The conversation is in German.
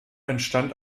entstand